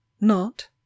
not